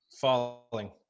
falling